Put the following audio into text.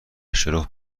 شرف